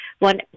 one